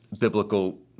biblical